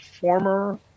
former